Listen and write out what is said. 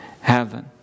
heaven